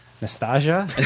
Nostalgia